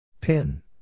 Pin